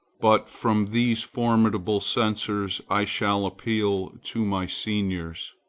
but from these formidable censors i shall appeal to my seniors.